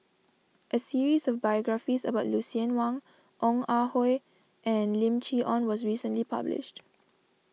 a series of biographies about Lucien Wang Ong Ah Hoi and Lim Chee Onn was recently published